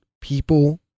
people